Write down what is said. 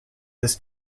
this